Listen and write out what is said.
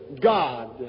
God